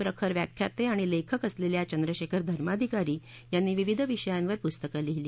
प्रखर व्याख्याते आणि लेखक असलेल्या चंद्रशेखर धर्माधिकारी यांनी विविध विषयावर पुस्तकं लिहिली